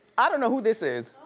i don't know who this is.